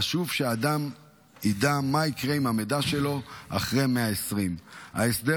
חשוב שהאדם יידע מה יקרה עם המידע שלו אחרי 120. ההסדר